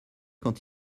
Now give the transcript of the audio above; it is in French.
quand